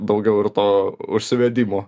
daugiau ir to užsivedimo